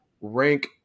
rank